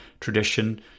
tradition